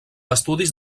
estudis